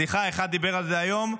סליחה, אחד דיבר על זה היום.